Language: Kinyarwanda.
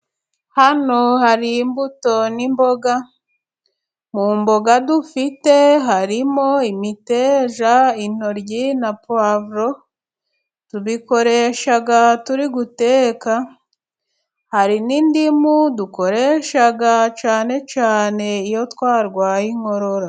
Hano hari imbuto n'imboga. Mu mboga dufite harimo imiteja, intoryi na puwavuro, tubikoresha turi guteka. Hari n'indimu dukoresha cyane cyane iyo twarwaye inkorora.